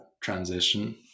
transition